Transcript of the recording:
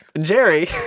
Jerry